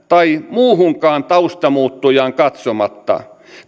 muuhunkaan taustamuuttujaan katsomatta